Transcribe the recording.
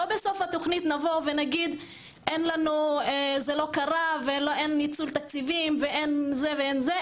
שלא בסוף התוכנית נגיד שאין ניצול תקציבים או שמשהו לא קרה,